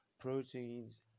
proteins